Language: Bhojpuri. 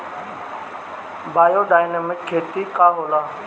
बायोडायनमिक खेती का होला?